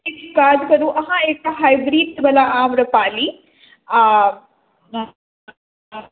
एकटा काज करू अहाँ एकटा हाइब्रिडवला आम्रपाली आ